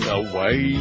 away